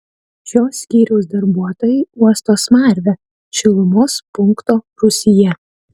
šio skyriaus darbuotojai uosto smarvę šilumos punkto rūsyje